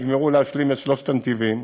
יגמרו להשלים את שלושת הנתיבים.